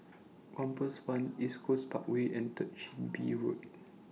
Compass one East Coast Parkway and Third Chin Bee Road